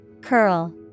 Curl